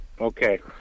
Okay